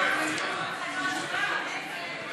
של חברת הכנסת יעל גרמן